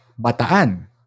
Bataan